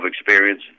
experience